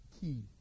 key